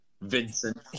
Vincent